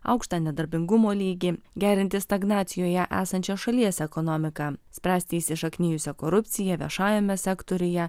aukštą nedarbingumo lygį gerinti stagnacijoje esančią šalies ekonomiką spręsti įsišaknijusią korupciją viešajame sektoriuje